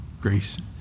grace